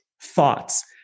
thoughts